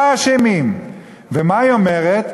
ומה היא אומרת?